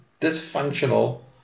dysfunctional